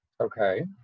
Okay